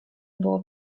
było